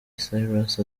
cyrus